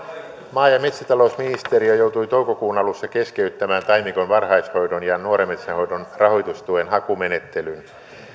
maa ja metsätalousministeriö joutui toukokuun alussa keskeyttämään taimikon varhaishoidon ja nuoren metsän hoidon rahoitustuen hakumenettelyn